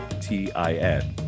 T-I-N